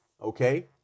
okay